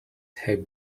have